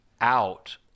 out